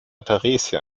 theresia